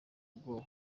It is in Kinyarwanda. ubwoba